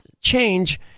change